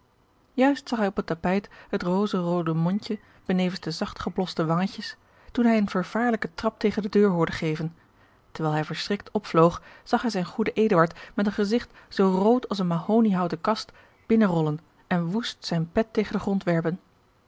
juist zag hij op het tapijt het rozenroode mondje benevens de zachtgeblosde wangetjes toen hij een vervaarlijken trap tegen de deur hoorde geven terwijl hij verschrikt opvloog zag hij zijn goeden eduard met een gezigt zoo rood als eene mahoniehouten kast binnenrollen en woest zijn pet tegen den grond